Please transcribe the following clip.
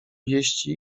wieści